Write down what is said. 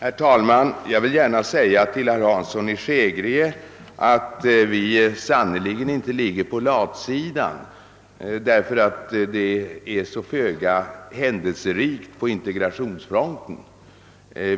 Herr talman! Jag vill gärna säga till herr Hansson i Skegrie, att vi sannerligen inte ligger på latsidan därför att det är så föga händelserikt på integrationsfronten.